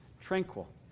Tranquil